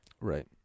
Right